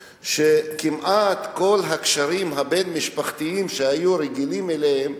שכמעט כל הקשרים הבין-משפחתיים שהיו רגילים אליהם,